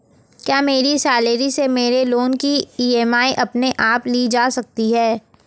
क्या मेरी सैलरी से मेरे लोंन की ई.एम.आई अपने आप ली जा सकती है?